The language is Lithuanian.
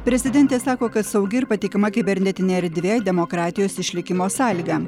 prezidentė sako kad saugi ir patikima kibernetinė erdvė demokratijos išlikimo sąlyga